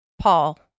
Paul